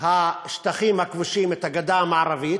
השטחים הכבושים, את הגדה המערבית,